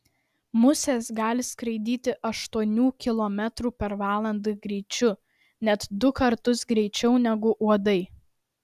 musės gali skraidyti aštuonių kilometrų per valandą greičiu net du kartus greičiau negu uodai